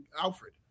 Alfred